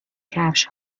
کفش